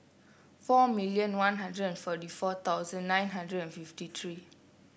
four million One Hundred and forty four thousand nine hundred and fifty three